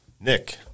Nick